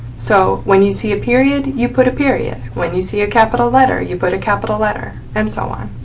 so when you see a period you put a period. when you see a capital letter you put a capital letter. and so on.